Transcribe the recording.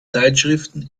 zeitschriften